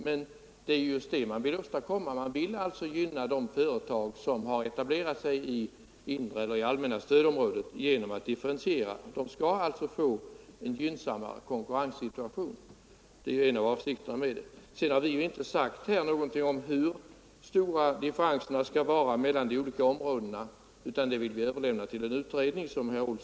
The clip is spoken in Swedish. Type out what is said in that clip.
Men det är just det motionärerna vill åstadkomma; de vill gynna de företag som etablerat sig i det inre eller allmänna stödområdet — dessa företag skall alltså få en gynnsammare konkurrenssituation. Vi har inte sagt någonting om hur stora differenserna skall vara, utan den saken vill vi, som herr Olsson i Järvsö framhöll, överlämna till en utredning.